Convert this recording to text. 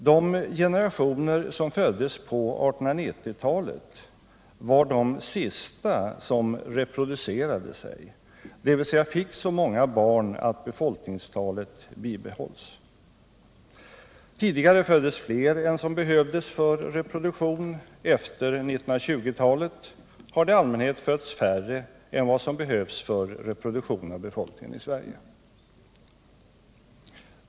De generationer som föddes på 1890-talet var de sista som reproducerade sig, dvs. fick så många barn att befolkningstalet bibehölls. Tidigare föddes fler än vad som behövdes för reproduktion. Efter 1920-talet har det i allmänhet fötts färre än vad som har behövts för reproduktionen av befolkningen i Sverige.